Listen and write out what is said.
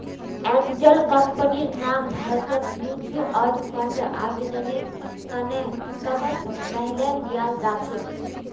angel कम्पनीर नाम भारतत म्युच्युअल फंडर आवेदनेर त न सबस पहले ल्याल जा छेक